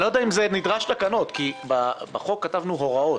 אני לא יודע אם נדרשות תקנות כי בחוק כתבנו הוראות.